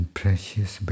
precious